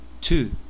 two